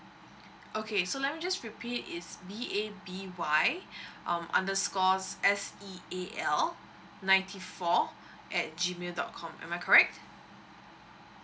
okay so let me just repeat it's B A B Y um underscore S E A L ninety four at G mail dot com am I correct